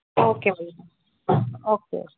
okay okay okay